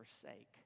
forsake